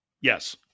Yes